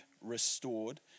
restored